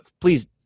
Please